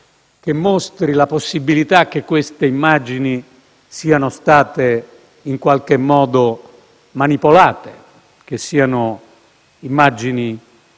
che mostri la possibilità che queste immagini siano state in qualche modo manipolate, che siano immagini